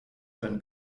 been